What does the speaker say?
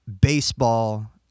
baseball